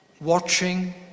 watching